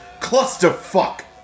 clusterfuck